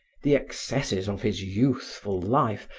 the excesses of his youthful life,